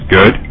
Good